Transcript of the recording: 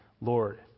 Lord